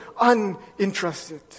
uninterested